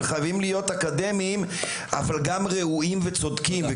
אבל גם ראויים וצודקים.